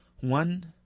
One